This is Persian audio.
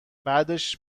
بعدش